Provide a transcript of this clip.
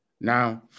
Now